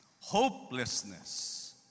hopelessness